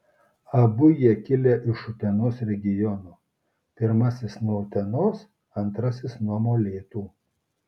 abu jie kilę iš utenos regiono pirmasis nuo utenos antrasis nuo molėtų